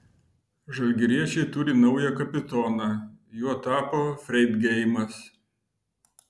žalgiriečiai turi naują kapitoną juo tapo freidgeimas